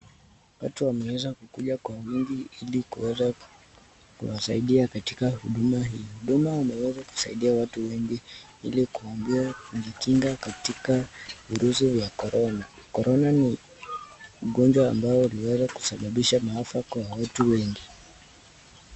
Watu wameweza kukuja kwa wingi hili waweze kuwasaidia katika huduma hii. Huduma imeweza kusaidia watu wengi hili kuwaambia kuna kinga katika virusi vya korona. Korona ni ugonjwa ambayo uliweza kusababisha maafa kwa watu wengi.